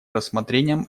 рассмотрением